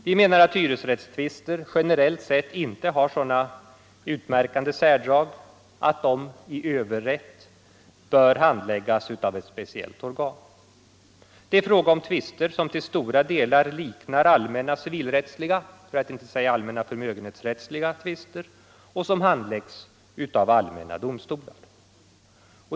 Vi anser att hyrestvister generellt sett inte har sådana utmärkande särdrag att de — i överrätt — bör hand — Lagförslag om läggas av ett speciellt organ. Det är fråga om tvister som till stora delar — bostadsdomstol, liknar allmänna civilrättsliga, för att inte säga allmänna förmögenhets = Mm.m. rättsliga, tvister och som handläggs av allmänna domstolar.